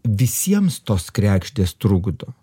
visiems tos kregždės trukdo